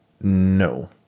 No